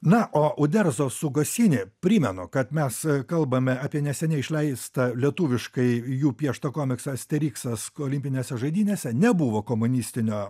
na o uderzo su gasini primenu kad mes kalbame apie neseniai išleistą lietuviškai jų pieštą komiksą asteriksas olimpinėse žaidynėse nebuvo komunistinio